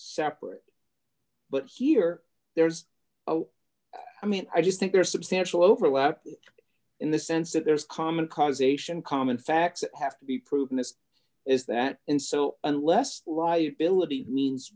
separate but here there's a lot i mean i just think there's substantial overlap in the sense that there's common causation common facts have to be proven this is that and so unless liability means